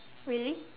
really